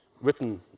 written